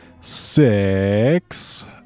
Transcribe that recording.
Six